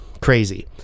crazy